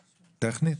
טכנית?